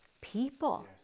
people